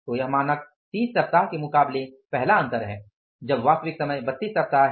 तो यह मानक 30 सप्ताह के मुकाबले पहला अंतर है जब वास्तविक समय 32 सप्ताह है